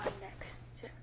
next